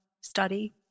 study